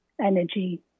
energy